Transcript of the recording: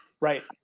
Right